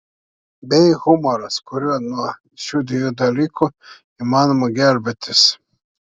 bei humoras kuriuo nuo šių dviejų dalykų įmanoma gelbėtis